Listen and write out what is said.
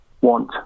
want